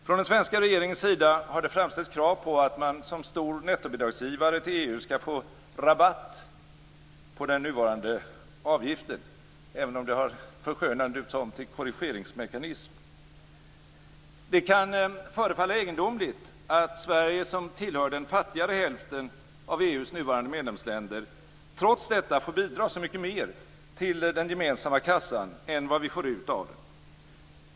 Från den svenska regeringens sida har det framställts krav på att man som stor nettobidragsgivare till EU skall få rabatt på den nuvarande avgiften, även om det har formulerats om till korrigeringsmekanism. Det kan förefalla egendomligt att Sverige, som tillhör den fattigare hälften av EU:s nuvarande medlemsländer, trots detta får bidra så mycket mer till den gemensamma kassan än vad vi får ut av den.